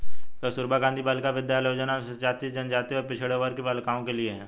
कस्तूरबा गांधी बालिका विद्यालय योजना अनुसूचित जाति, जनजाति व पिछड़े वर्ग की बालिकाओं के लिए है